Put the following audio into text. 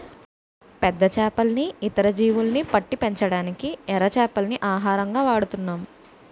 పెద్ద చేపల్ని, ఇతర జీవుల్ని పట్టి పెంచడానికి ఎర చేపల్ని ఆహారంగా వాడుతున్నాం